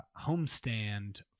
homestand